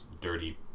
dirty